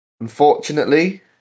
Unfortunately